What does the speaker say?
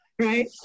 right